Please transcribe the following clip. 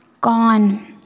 gone